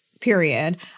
period